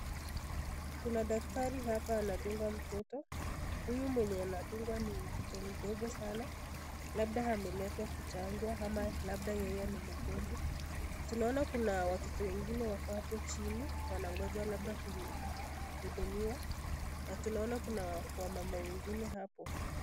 Kuna daktari hapa anadunga mtoto, huyu mwenye anadungwa ni mtoto mdogo sana labda ameletwa kuchanjwa ama labda yeye ni mgonjwa, tunaona kuna watoto wengine wako hapo chini wanangoja labda kuhudumiwa na tunaona kuna mama wengine hapo.